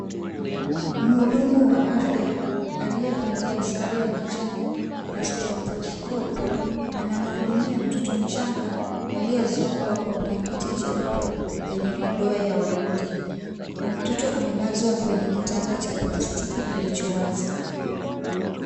Mhudumu wa afya aliyevalia sare ya kijani na stetoskopu anamhudumia mtoto mchanga aliyezongwa kwa kitambaa jeupe lenye madoa ya waridi. Mtoto amelazwa kwenye kitanda cha plastiki kilicho wazi.